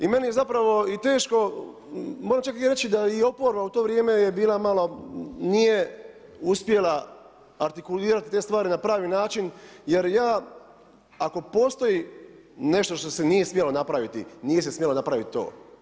I meni je zapravo i teško, moram čak i reći, da i oporba je bila u to vrijeme malo, nije uspjela artikulirati, te stvari na pravi način, jer ja ako postoji nešto što se nije smjelo napraviti, nije se smjelo napraviti to.